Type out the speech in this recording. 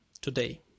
today